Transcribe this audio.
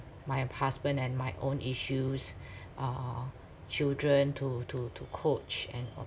my husband and my own issues uh children to to to coach and